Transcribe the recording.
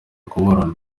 kuburana